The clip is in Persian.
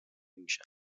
میشم